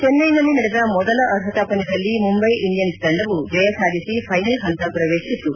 ಚೆನ್ನೈನಲ್ಲಿ ನಡೆದ ಮೊದಲ ಅರ್ಹತಾ ಪಂದ್ಯದಲ್ಲಿ ಮುಂಬೈ ಇಂಡಿಯನ್ಸ್ ತಂಡವು ಜಯ ಸಾಧಿಸಿ ಫೈನಲ್ ಹಂತ ಪ್ರವೇಶಿಸಿತು